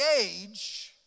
age